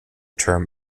term